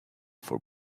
for